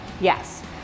Yes